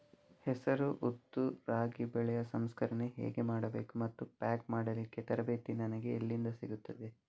ಹೆಸರು, ಉದ್ದು, ರಾಗಿ ಬೆಳೆಯ ಸಂಸ್ಕರಣೆ ಹೇಗೆ ಮಾಡಬೇಕು ಮತ್ತು ಪ್ಯಾಕ್ ಮಾಡಲಿಕ್ಕೆ ತರಬೇತಿ ನನಗೆ ಎಲ್ಲಿಂದ ಸಿಗುತ್ತದೆ?